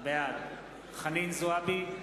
בעד חנין זועבי,